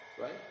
right